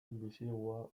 bisigua